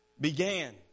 began